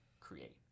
create